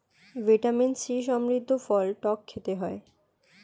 vitamin C সমৃদ্ধ ফল টক খেতে হয়